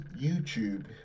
youtube